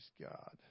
God